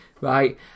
right